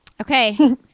Okay